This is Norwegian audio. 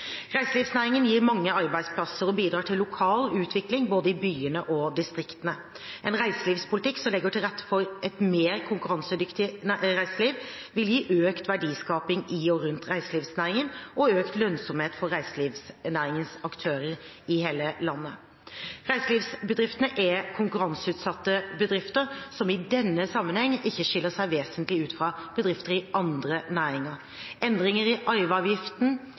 Reiselivsnæringen gir mange arbeidsplasser og bidrar til lokal utvikling både i byene og i distriktene. En reiselivspolitikk som legger til rette for et mer konkurransedyktig reiseliv, vil gi økt verdiskaping i og rundt reiselivsnæringen og økt lønnsomhet for reiselivsnæringens aktører i hele landet. Reiselivsbedriftene er konkurranseutsatte bedrifter som i denne sammenheng ikke skiller seg vesentlig ut fra bedrifter i andre næringer. Endringer i